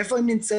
איפה הם נמצאים?